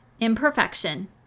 Imperfection